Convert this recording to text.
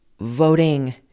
voting